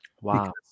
Wow